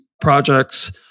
projects